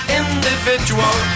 individual